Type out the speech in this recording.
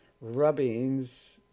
rubbings